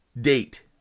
date